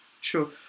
sure